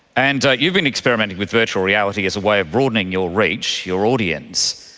and you've been experimenting with virtual reality as a way of broadening your reach, your audience.